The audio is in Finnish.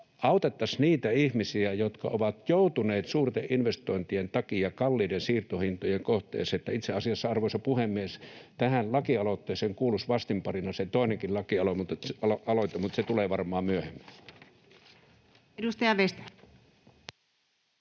autettaisiin niitä ihmisiä, jotka ovat joutuneet suurten investointien takia kalliiden siirtohintojen kohteeksi. Eli itse asiassa, arvoisa puhemies, tähän lakialoitteeseen kuuluisi vastinparina se toinenkin lakialoite, mutta se tulee varmaan myöhemmin. [Speech